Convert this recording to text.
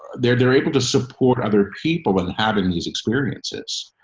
they're they're able to support other people and having and these experiences.